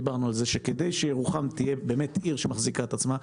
דיברנו על זה שבאמת כדי שירוחם תהיה עיר שמחזיקה את עצמה,